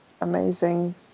amazing